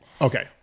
Okay